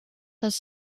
has